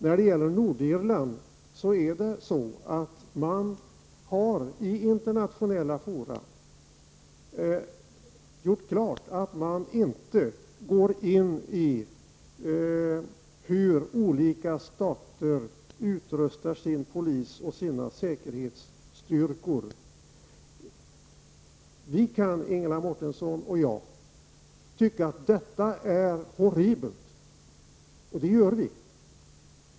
När det gäller Nordirland är det så att man i internationella fora har klargjort att man inte går in på frågan hur olika stater utrustar sin polis och sina säkerhetsstyrkor. Vi kan, Ingela Mårtensson och jag, tycka att detta är horribelt, och det gör vi.